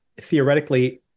theoretically